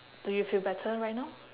do you feel better right now